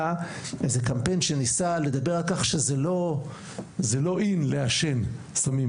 היה קמפיין שניסה לדבר על כך שזה לא "In" לעשן סמים.